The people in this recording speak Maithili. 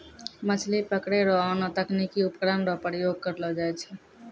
मछली पकड़ै रो आनो तकनीकी उपकरण रो प्रयोग करलो जाय छै